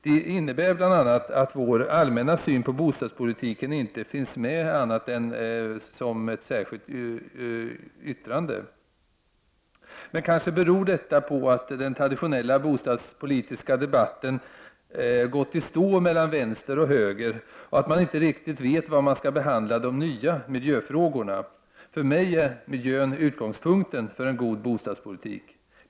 Det innebär bl.a. att vår allmänna syn på bostadspolitiken inte finns med annat än som ett särskilt yttrande. Men detta beror kanske på att den traditionella bostadspolitiska debatten har gått i stå mellan vänster och höger och att man inte riktigt vet var man skall behandla de nya miljöfrågorna. För mig är miljön utgångspunkten för en god bostadspolitik.